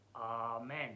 amen